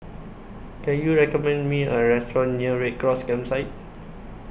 Can YOU recommend Me A Restaurant near Red Cross Campsite